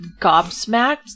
gobsmacked